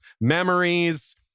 Memories